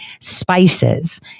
spices